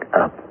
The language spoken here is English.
up